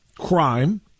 crime